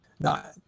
Now